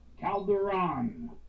Calderon